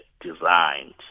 designed